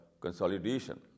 consolidation